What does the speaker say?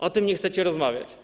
O tym nie chcecie rozmawiać.